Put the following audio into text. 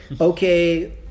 okay